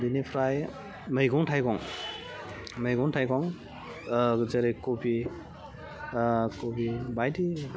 बिनिफ्राइ मैगं थाइगं मैगं थाइगं जेरै खफि खफि बायदि